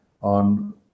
on